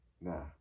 nah